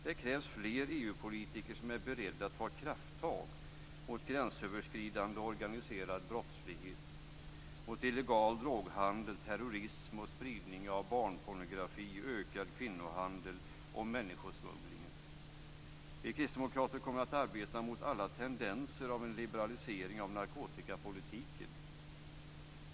Det krävs fler EU-politiker som är beredda att ta krafttag mot gränsöverskridande organiserad brottslighet, illegal droghandel, terrorism, spridning av barnpornografi, ökad kvinnohandel och människosmuggling. Vi kristdemokrater kommer att arbeta mot alla tendenser mot en liberalisering av narkotikapolitiken.